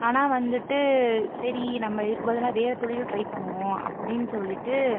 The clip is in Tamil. ஆனால் வந்துட்டு சரி நம்ம இதுக்கு பதிலாக வேறு தொழில் ட்ரை பண்ணுவோம் அப்படின்னு சொல்லிகிட்டு